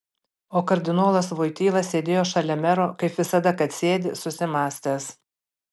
o kardinolas voityla sėdėjo šalia mero kaip visada kad sėdi susimąstęs